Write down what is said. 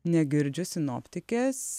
negirdžiu sinoptikės